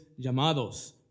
llamados